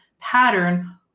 pattern